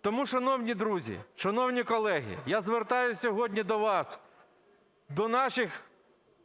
Тому, шановні друзі, шановні колеги, я звертаюся сьогодні до вас, до наших